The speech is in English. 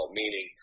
meaning